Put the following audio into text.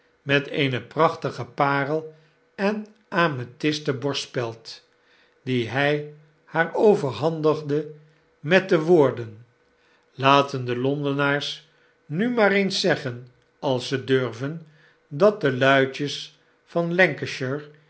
met eene prachtige parel en amethisten borstspeld die hij haar overhandigde met de woorden laten de londenaars nu maar eehs zeggen als ze durven dat de luidjes van